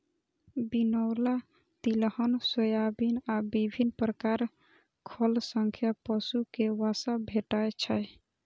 बिनौला, तिलहन, सोयाबिन आ विभिन्न प्रकार खल सं पशु कें वसा भेटै छै